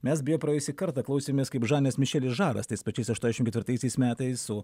mes beje praėjusį kartą klausėmės kaip žanas mišelis žaras tais pačiais aštuoniasdešim ketvirtaisiais metais su